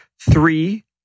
three